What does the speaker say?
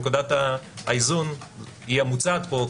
נקודת האיזון היא המוצעת פה.